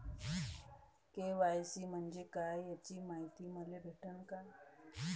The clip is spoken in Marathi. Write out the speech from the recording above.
के.वाय.सी म्हंजे काय याची मायती मले भेटन का?